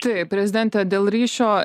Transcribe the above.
tai prezidente dėl ryšio